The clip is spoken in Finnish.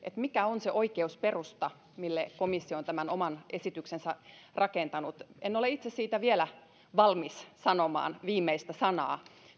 mikä on se oikeusperusta mille komissio on tämän oman esityksensä rakentanut en ole itse siitä vielä valmis sanomaan viimeistä sanaa